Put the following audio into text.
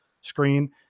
screen